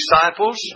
disciples